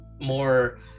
more